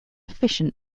efficient